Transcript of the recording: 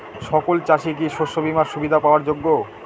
সকল চাষি কি শস্য বিমার সুবিধা পাওয়ার যোগ্য?